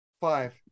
five